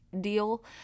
deal